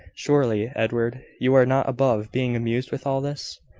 surely, edward, you are not above being amused with all this?